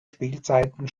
spielzeiten